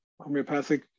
homeopathic